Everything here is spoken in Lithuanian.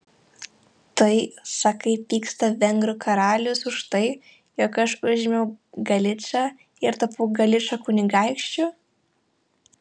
tai sakai pyksta vengrų karalius už tai jog aš užėmiau galičą ir tapau galičo kunigaikščiu